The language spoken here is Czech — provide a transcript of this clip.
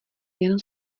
jen